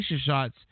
shots